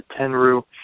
Tenru